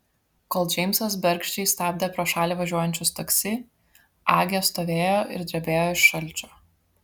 kol džeimsas bergždžiai stabdė pro šalį važiuojančius taksi agė stovėjo ir drebėjo iš šalčio